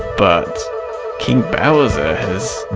but king bowser has.